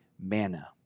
manna